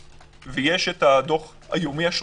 ויש את הדוח היומי השוטף,